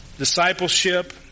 Discipleship